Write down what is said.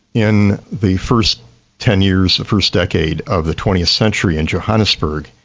in the first ten years, the first decade of the twentieth century in johannesburg,